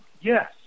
Yes